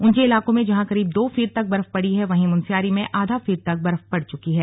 ऊंचे इलाकों में जहां करीब दो फीट तक बर्फ पड़ी है वहीं मुनस्यारी में आधा फीट तक बर्फ पड़ चुकी है